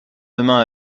demain